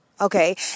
okay